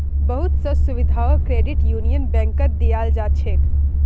बहुत स सुविधाओ क्रेडिट यूनियन बैंकत दीयाल जा छेक